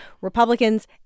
Republicans